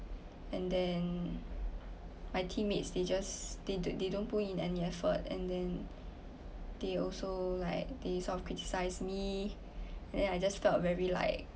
and then my teammates they just they don't they don't put in any effort and then they also like they criticise me then I just felt very like